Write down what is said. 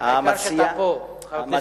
המציעים.